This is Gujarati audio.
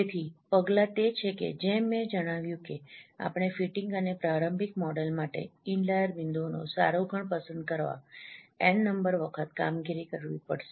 તેથી પગલાં તે છે કે જેમ મેં જણાવ્યું છે કે આપણે ફિટિંગ અને પ્રારંભિક મોડેલ માટે ઇનલાઈર બિંદુઓનો સારો ગણ પસંદ કરવા N નંબર વખત કામગીરી કરવી પડશે